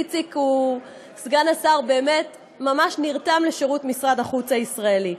איציק הוא סגן שר שממש נרתם לשירות משרד החוץ הישראלי,